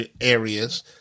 areas